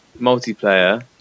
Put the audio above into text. multiplayer